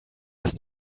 bis